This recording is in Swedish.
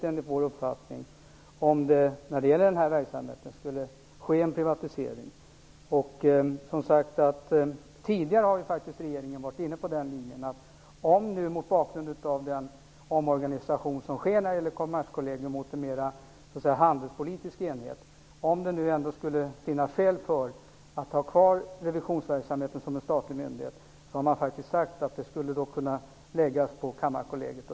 Enligt vår uppfattning vore det djupt olyckligt om det skulle ske en privatisering av den här verksamheten. Om det, mot bakgrund av den omorganisation av Kommerskollegium som nu sker mot en mer handelspolitisk enhet, ändå skulle finnas skäl för att ha kvar revisionsverksamheten som en statlig myndighet har regeringen faktiskt sagt att verksamheten skulle kunna läggas på Kammarkollegiet.